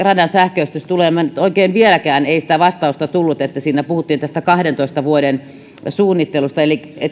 radan sähköistys tulee ei nyt oikein vieläkään sitä vastausta tullut siinä puhuttiin tästä kahdentoista vuoden suunnittelusta eli